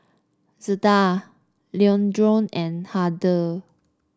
Zeta Leandro and Hardy